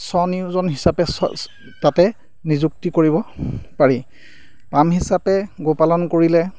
স্বনিয়োজন হিচাপে তাতে নিযুক্তি কৰিব পাৰি পাম হিচাপে গোপালন কৰিলে